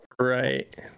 Right